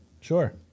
Sure